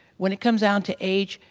when it comes down to age,